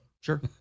Sure